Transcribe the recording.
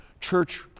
church